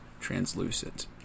Translucent